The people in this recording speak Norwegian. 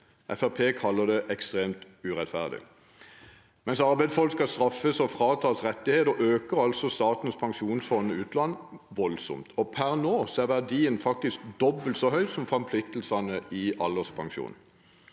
kaller det ekstremt urettferdig. Mens arbeidsfolk skal straffes og fratas rettigheter, øker altså Statens pensjonsfond utland voldsomt. Per nå er verdien faktisk dobbelt så høy som forpliktelsene i alderspensjonen.